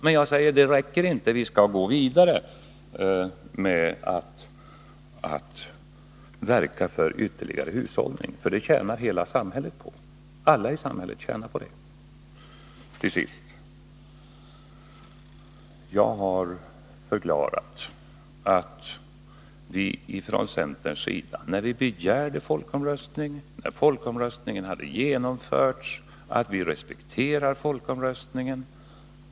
Men, som sagt, detta räcker inte, utan vi måste verka för ytterligare hushållning — det tjänar alla på. Till sist. När centern begärde folkomröstning och när folkomröstningen hade genomförts förklarade vi att vi respekterar folkomröstningen.